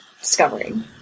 discovering